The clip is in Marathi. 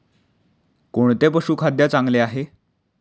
कोणते पशुखाद्य चांगले आहे?